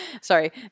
sorry